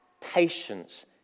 patience